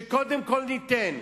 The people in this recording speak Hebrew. שקודם כול ניתן,